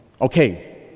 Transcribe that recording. Okay